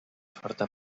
forta